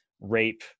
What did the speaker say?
rape